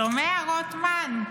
שומע, רוטמן?